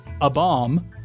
a-bomb